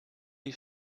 die